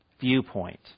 viewpoint